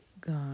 God